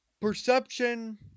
perception